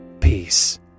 Peace